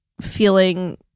feeling